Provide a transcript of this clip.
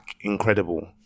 incredible